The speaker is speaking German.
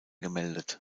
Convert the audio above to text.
gemeldet